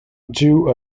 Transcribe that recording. drew